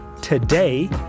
today